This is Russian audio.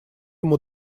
ему